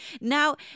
now